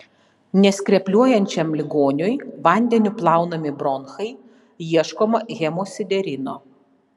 neskrepliuojančiam ligoniui vandeniu plaunami bronchai ieškoma hemosiderino